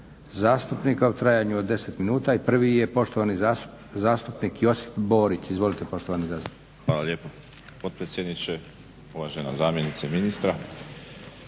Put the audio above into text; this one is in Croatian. zastupnika u trajanju od 10 minuta. I prvi je poštovani zastupnik Josip Borić. Izvolite poštovani zastupniče. **Borić, Josip (HDZ)** Hvala lijepo potpredsjedniče, uvažena zamjenice ministra.